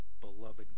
beloved